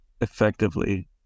effectively